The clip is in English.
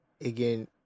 Again